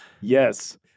Yes